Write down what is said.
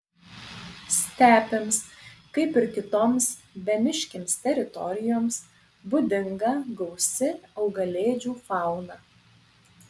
stepėms kaip ir kitoms bemiškėms teritorijoms būdinga gausi augalėdžių fauna